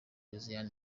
josiane